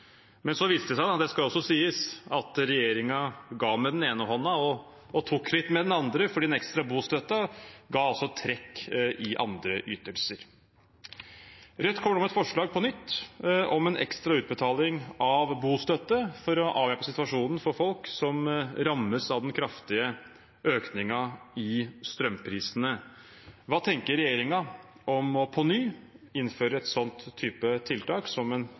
Men så viste det seg, det skal også sies, at regjeringen ga med den ene hånden og tok litt med den andre, for den ekstra bostøtten ga trekk i andre ytelser. Rødt kommer nå med et forslag på nytt om en ekstra utbetaling av bostøtte for å avhjelpe situasjonen for folk som rammes av den kraftige økningen i strømprisene. Hva tenker regjeringen om på ny å innføre en sånn type tiltak som en